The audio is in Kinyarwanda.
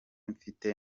mfite